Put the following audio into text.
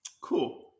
cool